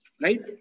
Right